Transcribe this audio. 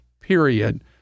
Period